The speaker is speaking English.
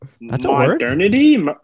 modernity